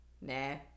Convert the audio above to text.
nah